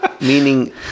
meaning